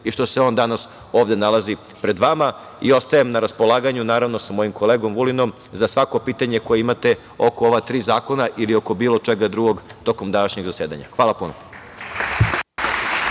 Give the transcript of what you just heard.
i što se on danas ovde nalazi pred vama. Ostajem na raspolaganju, naravno, sa mojim kolegom Vulinom, za svako pitanje koje imate oko ova tri zakona ili oko bilo čega drugog tokom današnjeg zasedanja. Hvala puno.